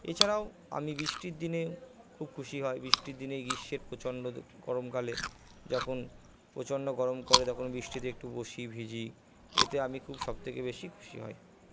এছাড়াও আমি বৃষ্টির দিনে খুব খুশি হই বৃষ্টির দিনে গ্রীষ্মের প্রচণ্ড গরমকালে যখন প্রচণ্ড গরম করে তখন বৃষ্টিতে একটু বসি ভিজি এতে আমি খুব সবথেকে বেশি খুশি হই